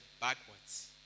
backwards